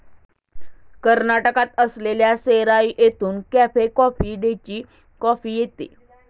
कर्नाटकात असलेल्या सेराई येथून कॅफे कॉफी डेची कॉफी येते